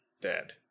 dead